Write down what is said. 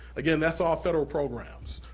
again that's all federal programs.